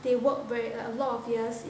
they worked very like a lot of years